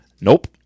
Nope